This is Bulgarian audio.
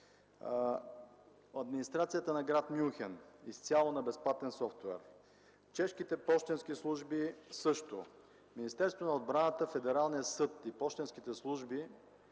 администрацията на град Мюнхен – изцяло на безплатен софтуер; чешките пощенски служби също; Министерството на отбраната, Федералният съд, пощенските служби,